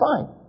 fine